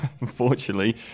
unfortunately